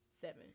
seven